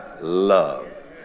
love